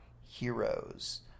heroes